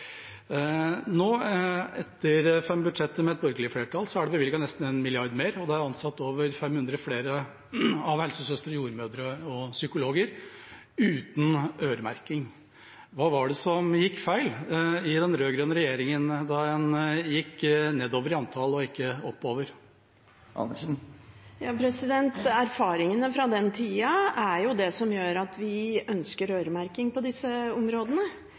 Nå, etter fem budsjetter med et borgerlig flertall, er det bevilget nesten én milliard mer, og det er ansatt over 500 flere helsesøstre, jordmødre og psykologer, uten øremerking. Hva var det som gikk feil i den rød-grønne regjeringa da en gikk nedover i antall og ikke oppover? Erfaringene fra den tida er det som gjør at vi ønsker øremerking på disse områdene.